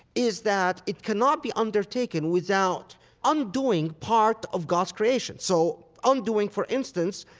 is that it cannot be undertaken without undoing part of god's creation. so undoing, for instance,